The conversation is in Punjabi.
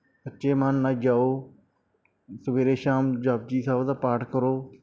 ਸੱਚੇ ਮਨ ਨਾਲ ਜਾਓ ਸਵੇਰੇ ਸ਼ਾਮ ਜਪੁਜੀ ਸਾਹਿਬ ਦਾ ਪਾਠ ਕਰੋ